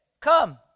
Come